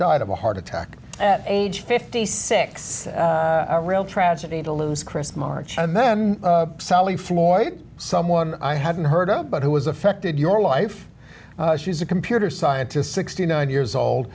died of a heart attack at age fifty six a real tragedy to lose chris march and then sally floyd someone i hadn't heard of but who was affected your life she's a computer scientist sixty nine years old